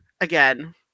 again